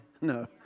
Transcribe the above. No